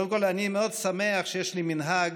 קודם כול אני מאוד שמח שיש לי מנהג,